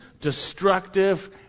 destructive